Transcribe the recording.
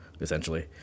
essentially